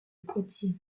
poitiers